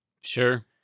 Sure